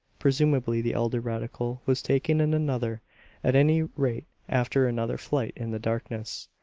presumably the elder radical was taken in another at any rate after another flight in the darkness,